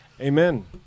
Amen